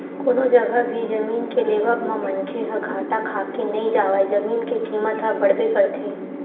कोनो जघा भी जमीन के लेवब म मनखे ह घाटा खाके नइ जावय जमीन के कीमत ह बड़बे करथे